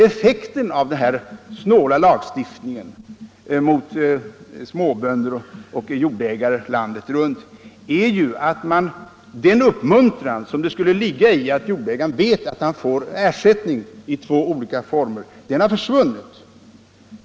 Effekten av denna snålhet i lagstiftningen mot bönder och jordägare landet runt är att den uppmuntran för jordägaren som skulle ligga i att han vet, att han får ersättning i två olika former, har försvunnit.